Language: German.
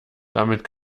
damit